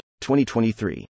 2023